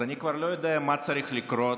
אז אני כבר לא יודע מה צריך לקרות